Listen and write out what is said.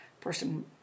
person